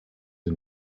and